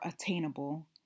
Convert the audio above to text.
attainable